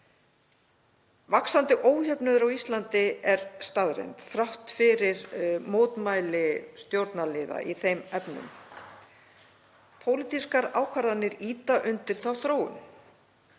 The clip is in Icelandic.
Vaxandi ójöfnuður á Íslandi er staðreynd þrátt fyrir mótmæli stjórnarliða í þeim efnum. Pólitískar ákvarðanir ýta undir þá þróun.